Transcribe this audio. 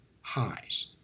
highs